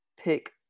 Pick